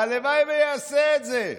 והלוואי ויעשה את זה.